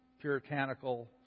puritanical